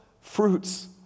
fruits